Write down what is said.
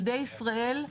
ילדי ישראל,